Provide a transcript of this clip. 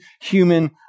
human